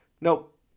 Nope